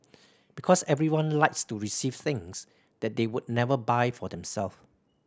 because everyone likes to receive things that they would never buy for them self